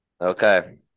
Okay